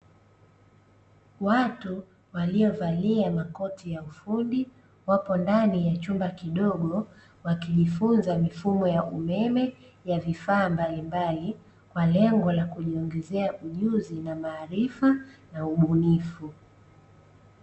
Watu waliovalia makoti ya ufundi wapo ndani ya chumba kidogo, wakijifunza mifumo ya umeme ya vifaa mbalimbali kwa lengo la kujiongezea ujuzi na maarifa ya ubunifu.